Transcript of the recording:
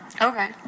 okay